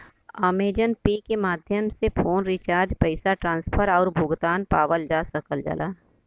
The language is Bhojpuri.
अमेज़न पे के माध्यम से फ़ोन रिचार्ज पैसा ट्रांसफर आउर भुगतान पावल जा सकल जाला